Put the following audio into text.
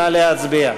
נא להצביע.